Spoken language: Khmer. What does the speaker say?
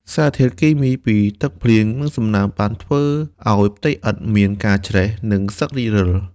សារធាតុគីមីពីទឹកភ្លៀង និងសំណើមបានធ្វើឱ្យផ្ទៃឥដ្ឋមានការច្រេះ និងសឹករិចរិល។